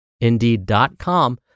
indeed.com